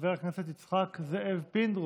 חבר הכנסת יצחק זאב פינדרוס.